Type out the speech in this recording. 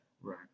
right